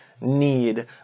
need